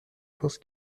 pense